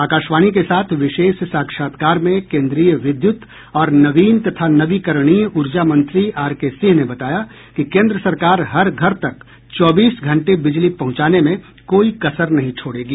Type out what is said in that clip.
आकाशवाणी के साथ विशेष साक्षात्कार में केन्द्रीय विद्युत और नवीन तथा नवीकरणीय ऊर्जा मंत्री आरके सिंह ने बताया कि केन्द्र सरकार हर घर तक चौबीस घंटे बिजली पहुंचाने में कोई कसर नहीं छोड़ेगी